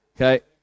Okay